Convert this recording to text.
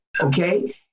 okay